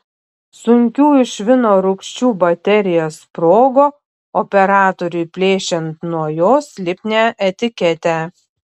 sunkiųjų švino rūgščių baterija sprogo operatoriui plėšiant nuo jos lipnią etiketę